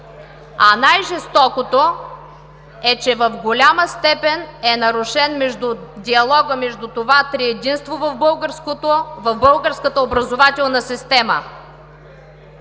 А най-жестокото е, че в голяма степен е нарушен диалогът между това триединство в българската образователна система.